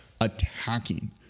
attacking